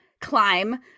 climb